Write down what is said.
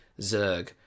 Zerg